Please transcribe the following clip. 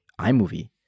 iMovie